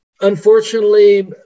unfortunately